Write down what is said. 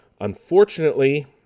Unfortunately